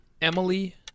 Emily